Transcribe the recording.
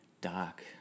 dark